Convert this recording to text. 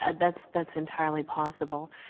and that's that's entirely possible.